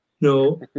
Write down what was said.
no